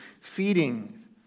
feeding